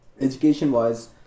Education-wise